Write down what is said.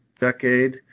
decade